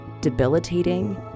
debilitating